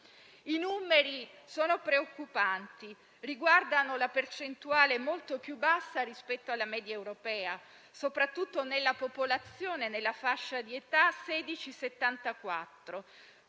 I numeri sono preoccupanti. Riguardano la percentuale molto più bassa rispetto alla media europea, soprattutto della popolazione nella fascia di età tra